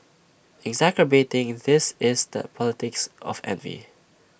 exacerbating this is the politics of envy